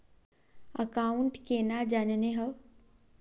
Account केना जाननेहव?